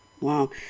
Wow